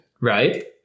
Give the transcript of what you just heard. Right